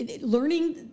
Learning